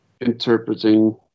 interpreting